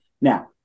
Now